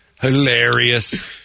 Hilarious